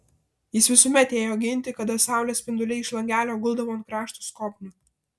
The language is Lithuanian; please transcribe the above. jis visuomet ėjo ginti kada saulės spinduliai iš langelio guldavo ant krašto skobnių